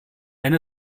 wenn